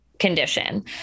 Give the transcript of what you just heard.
condition